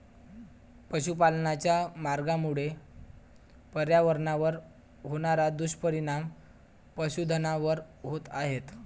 पशुपालनाच्या मार्गामुळे पर्यावरणावर होणारे दुष्परिणाम पशुधनावर होत आहेत